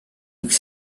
üks